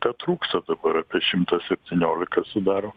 tetrūksta dabar šimtą septyniolika sudaro